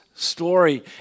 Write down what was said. Story